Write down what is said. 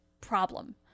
problem